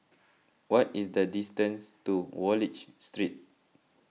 what is the distance to Wallich Street